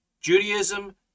judaism